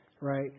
right